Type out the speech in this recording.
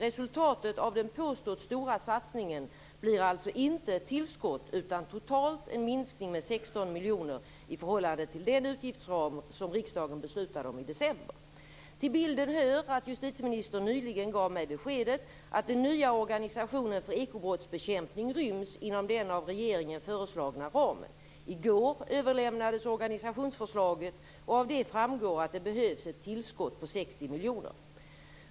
Resultatet av den påstådda stora satsningen blir alltså inte ett tillskott, utan det blir totalt en minskning med 16 miljoner i förhållande till den utgiftsram som riksdagen beslutade om i december. Till bilden hör att justitieministern nyligen gav mig beskedet att den nya organisationen för ekobrottsbekämpning ryms inom den av regeringen föreslagna ramen. I går överlämnades organisationsförslaget, och av det framgår att det behövs ett tillskott på 60 miljoner.